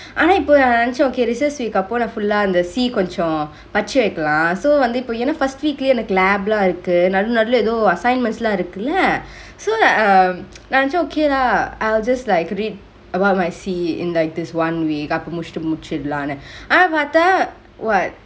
ஆன இப்ப நா நெனைச்ச:aana ippo naa nenaiche okay recess week அப்பொ நா:appo naa full லா அந்த:laa anthe C கொஞ்சொ பச்சு வெக்கலா:konjo pacchi veklam so வந்து இப்பொ ஏனா:vanthu ippo yenaa first week லேயே எனக்கு:leyeh enaku lab லா இருக்கு நடுவல நடுவல எதோ:laa irukku assignments லா இருக்குல:laa irukkule so like um நா நெனச்ச:naa nenaiche okay lah I'll just like read about my C in like this one week அப்ரோ முடிச்சிட்டு முடிச்சரலானு ஆனா பாத்தா:aprom mudichitu mudichirulaanu aana paartha what